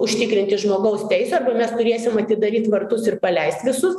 užtikrinti žmogaus teisių arba mes turėsim atidaryt vartus ir paleist visus